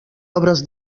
obres